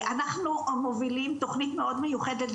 אנחנו מובילים תוכנית מאוד מיוחדת,